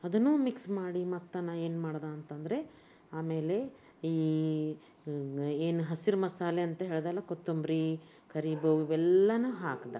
ಅದನ್ನು ಮಿಕ್ಸ್ ಮಾಡಿ ಮತ್ತು ನಾನು ಏನು ಮಾಡ್ದೆ ಅಂತ ಅಂದ್ರೆ ಆಮೇಲೆ ಈ ಏನು ಹಸಿರು ಮಸಾಲೆ ಅಂತ ಹೇಳಿದೆ ಅಲ್ಲ ಕೊತ್ತಂಬ್ರಿ ಕರಿಬೇವು ಇವೆಲ್ಲವೂ ಹಾಕ್ದೆ